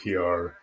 PR